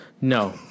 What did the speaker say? No